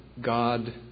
God